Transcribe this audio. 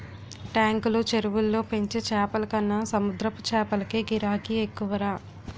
టాంకులు, చెరువుల్లో పెంచే చేపలకన్న సముద్రపు చేపలకే గిరాకీ ఎక్కువరా